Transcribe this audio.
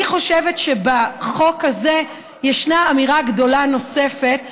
אני חושבת שבחוק הזה ישנה אמירה גדולה נוספת,